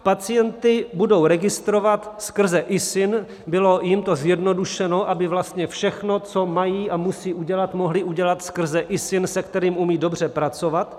Pacienty budou registrovat skrze ISIN, bylo jim to zjednodušeno, aby vlastně všechno, co mají a musí udělat, mohli udělat skrze ISIN, se kterým umí dobře pracovat.